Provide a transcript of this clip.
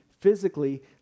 physically